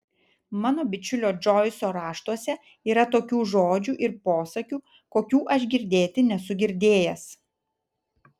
mano bičiulio džoiso raštuose yra tokių žodžių ir posakių kokių aš girdėti nesu girdėjęs